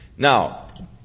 Now